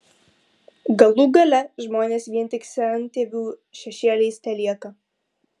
galų gale žmonės vien tik sentėvių šešėliais telieka